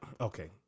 okay